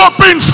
Open